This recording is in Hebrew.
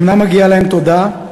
אומנם מגיעה להם תודה,